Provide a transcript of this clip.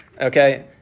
okay